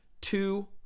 two